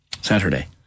Saturday